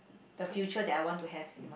the future that I want to have in my